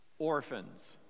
Orphans